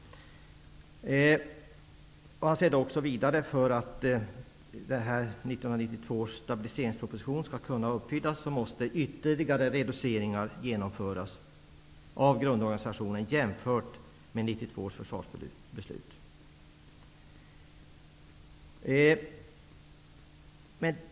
Försvarsministern anser vidare att för att sparmålen i 1992 års stabiliseringsproposition skall kunna uppfyllas måste ytterligare reduceringar genomföras i grundorganisationen jämfört med vad som anges i beslutet.